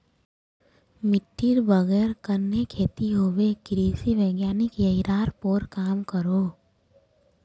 मिटटीर बगैर कन्हे खेती होबे कृषि वैज्ञानिक यहिरार पोर काम करोह